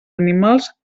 animals